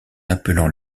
appelant